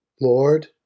Lord